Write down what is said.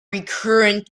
recurrent